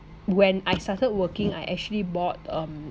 when I started working I actually bought um